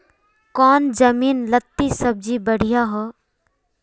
कौन जमीन लत्ती सब्जी बढ़िया हों?